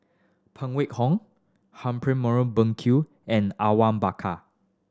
Phan Wait Hong Humphrey Morrison Burkill and Awang Bakar